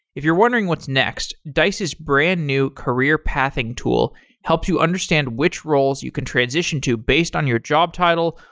if you're wondering what's next, dice's brand new career pathing tool helps you understand which roles you can transition to based on your job title,